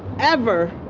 ever,